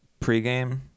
pregame